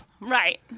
right